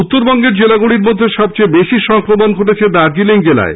উত্তরবঙ্গের জেলাগুলির মধ্যে সবচেয়ে বেশি সংক্রমণ ঘটেছে দার্জিলিং জেলায়